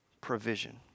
provision